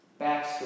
Backstory